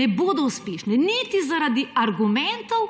ne bodo uspešne niti zaradi argumentov,